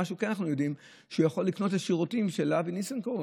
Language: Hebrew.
מה שכן אנחנו יודעים זה שהוא יכול לקנות את השירותים של אבי ניסנקורן,